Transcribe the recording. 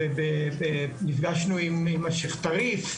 נפגשנו עם השייח' טריף.